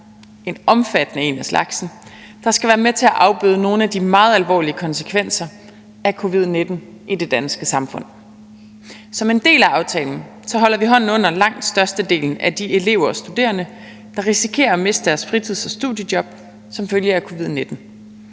en omfattende en af slagsen, der skal være med til at afbøde nogle af de meget alvorlige konsekvenser af covid-19 i det danske samfund. Som en del af aftalen holder vi hånden under langt størstedelen af de elever og studerende, der risikerer at miste deres fritids- og studiejob som følge af covid-19.